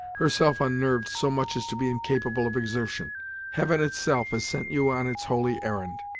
herself unnerved so much as to be incapable of exertion heaven, itself, has sent you on its holy errand.